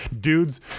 dudes